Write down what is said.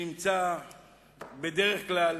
נמצא בדרך כלל